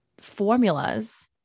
formulas